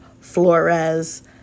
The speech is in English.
Flores